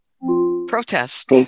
Protest